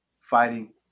fighting